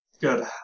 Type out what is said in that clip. Good